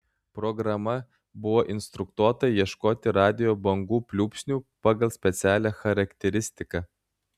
programa buvo instruktuota ieškoti radijo bangų pliūpsnių pagal specialią charakteristiką